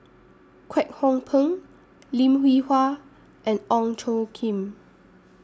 Kwek Hong Png Lim Hwee Hua and Ong Tjoe Kim